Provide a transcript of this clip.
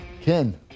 Ken